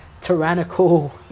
tyrannical